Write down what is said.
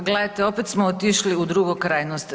A gledajte opet smo otišli u drugu krajnost.